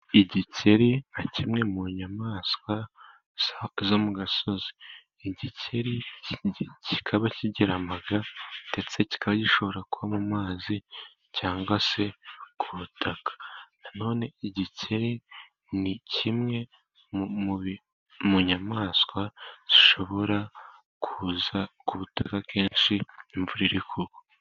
Igikeri nka kimwe mu nyamaswa zo mu gasozi. Igikeri kikaba kigira amaga, ndetse kikaba gishobora kuba mu mazi cyangwa se ku butaka. Na none igikeri ni kimwe mu nyamaswa zishobora kuza ku butaka kenshi imvura iri kugwa.